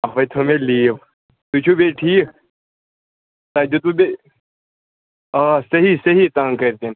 اَوَے تھٲو مےٚ لیٖو تُہۍ چھُو بیٚیہِ ٹھیٖک تۄہہِ دیُتوُ بیٚیہِ آ صحیح صحیح تنٛگ کٔرۍ تیٚمۍ